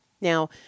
Now